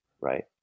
right